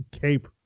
cape